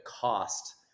cost